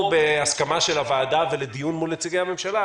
או בהסכמה של הוועדה ולדיון מול נציגי הממשלה.